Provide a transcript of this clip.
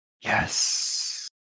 Yes